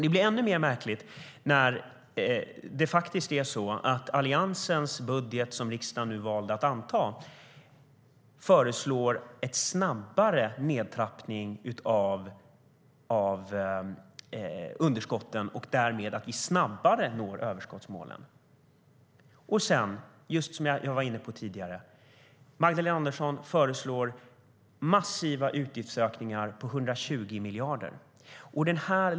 Det blir ännu mer märkligt när Alliansens budget, som riksdagen valde att anta, föreslår en snabbare nedtrappning av underskotten för att vi därmed snabbare ska nå överskottsmålen och sedan, som jag var inne på tidigare, föreslår Magdalena Andersson massiva utgiftsökningar på 120 miljarder.